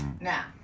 Now